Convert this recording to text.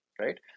right